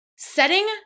setting